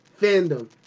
fandom